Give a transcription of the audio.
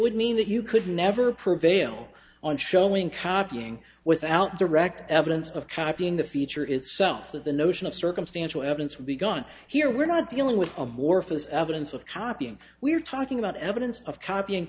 would mean that you could never prevail on showing copying without direct evidence of copying the feature itself that the notion of circumstantial evidence would be gone here we're not dealing with amorphous evidence of copying we're talking about evidence of copying